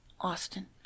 Austin